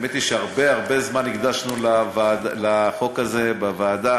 האמת היא שהרבה הרבה זמן הקדשנו לחוק הזה בוועדה,